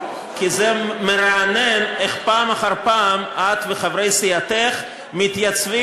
כי זה מרענן איך פעם אחר פעם את וחברי סיעתך מתייצבים